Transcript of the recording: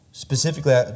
specifically